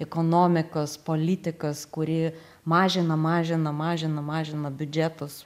ekonomikos politikos kuri mažina mažina mažina mažina biudžetus